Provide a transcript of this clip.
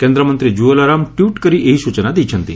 କେନ୍ଦ୍ରମନ୍ତୀ ଜୁଏଲ ଓରାମ ଟ୍ୱିଟ୍ କରି ଏହି ସୂଚନା ଦେଇଛନ୍ତି